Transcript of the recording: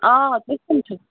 آ تُہۍ کٕم چھُو